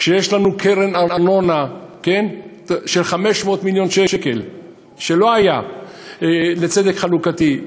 כשיש לנו קרן ארנונה של 500 מיליון שקל לצדק חלוקתי,